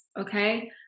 Okay